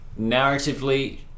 narratively